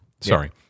Sorry